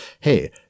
Hey